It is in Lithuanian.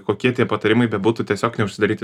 kokie tie patarimai bebūtų tiesiog neužsidaryti